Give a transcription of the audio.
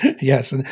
Yes